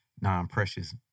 non-precious